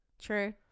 True